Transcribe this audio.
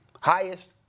Highest